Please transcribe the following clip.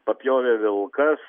papjovė vilkas